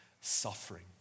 suffering